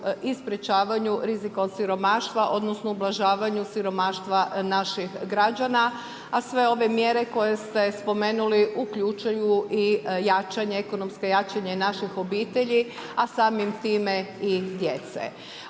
i sprečavanju rizika od siromaštva odnosno ublažavanju siromaštva naših građana, a sve ove mjere koje ste spomenuli uključuju i ekonomsko jačanje naših obitelji, a samim time i djece.